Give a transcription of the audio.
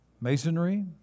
masonry